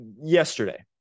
yesterday